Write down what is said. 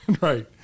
Right